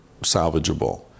salvageable